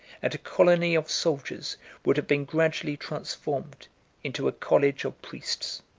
and a colony of soldiers would have been gradually transformed into a college of priests.